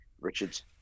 Richards